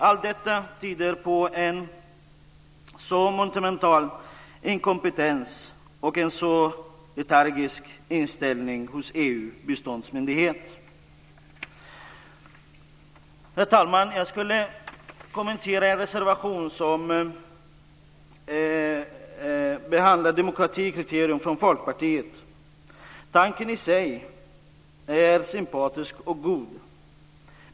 Allt detta tyder på en monumental inkompetens och en letargisk inställning hos EU:s biståndsmyndigheter. Herr talman! Jag ska kommentera en reservation från Folkpartiet där demokratikriteriet behandlas. Tanken i sig är sympatisk och god.